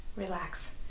relax